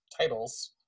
titles